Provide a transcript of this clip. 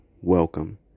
welcome